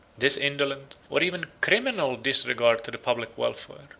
this indolent, or even criminal disregard to the public welfare,